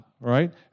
right